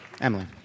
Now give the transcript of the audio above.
Emily